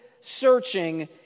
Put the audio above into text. searching